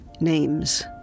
names